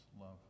love